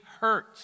hurt